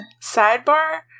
Sidebar